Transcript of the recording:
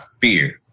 fear